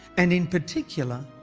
and in particular,